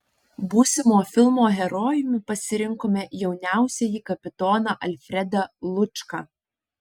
būsimo filmo herojumi pasirinkome jauniausiąjį kapitoną alfredą lučką